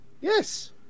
Yes